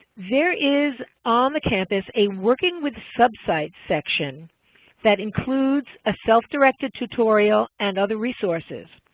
there is on the campus a working with sub-sites section that includes a self-directed tutorial and other resources.